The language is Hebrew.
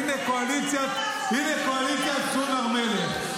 הינה קואליציית סון הר מלך.